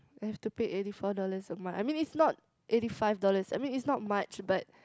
we have to pay eighty four dollars a month I mean is not eighty five dollars I mean is not much but